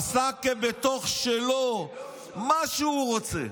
הוא עשה כבתוך שלו מה שהוא רוצה,